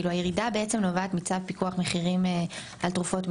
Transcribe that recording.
הירידה בעצם נובעת מצו פיקוח מחירים על תרופות מרשם.